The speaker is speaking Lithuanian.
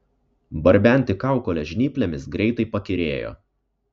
barbenti kaukolę žnyplėmis greitai pakyrėjo